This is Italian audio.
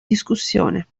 discussione